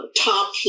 top